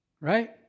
right